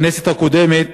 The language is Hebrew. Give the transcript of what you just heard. בכנסת הקודמת